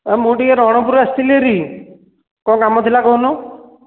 ହଁ ମୁଁ ଟିକେ ରଣପୁରୁ ଆସିଥିଲି ହେରି କ'ଣ କାମ ଥିଲା କହୁନୁ